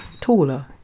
taller